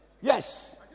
yes